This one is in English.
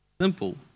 simple